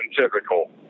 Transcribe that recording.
typical